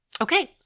Okay